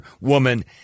woman